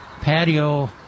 patio